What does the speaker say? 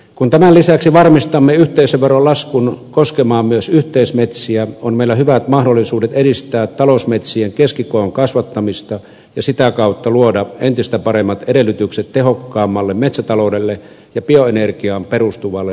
kun tämän lisäksi varmistamme yhteisöveron laskun koskemaan myös yhteismetsiä on meillä hyvät mahdollisuudet edistää talousmetsien keskikoon kasvattamista ja sitä kautta luoda entistä paremmat edellytykset tehokkaammalle metsätaloudelle ja bioenergiaan perustuvalle lämpöyrittäjyydelle